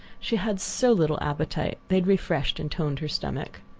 she had so little appetite they had refreshed and toned her stomach.